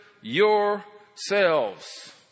yourselves